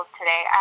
today